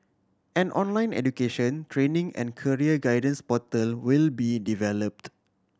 an online education training and career guidance portal will be developed